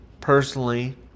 Personally